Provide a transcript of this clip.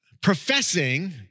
professing